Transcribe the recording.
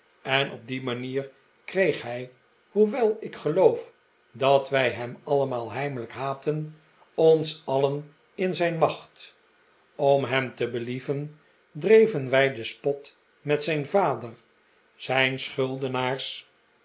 en op die manier kreeg hij hoewel ik geloof dat wij hem allemaal heimelijk haatten ons alien in zijn macht om hem te believen dreven wij den spot met zijn vader zijn schuldenaars